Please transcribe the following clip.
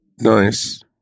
Nice